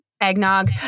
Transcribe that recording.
Eggnog